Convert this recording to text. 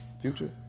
Future